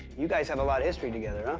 you guys have a lot of history together, huh?